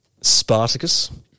Spartacus